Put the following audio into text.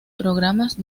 programas